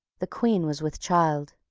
the queen was with child.